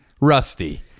rusty